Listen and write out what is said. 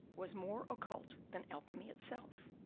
was more occult than alchemy itself?